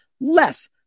less